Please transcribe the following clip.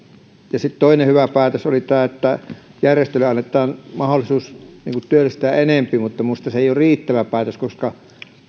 ja sitten toinen hyvä päätös oli tämä että järjestöille annetaan mahdollisuus työllistää enemmän mutta minusta se ei ole riittävä päätös koska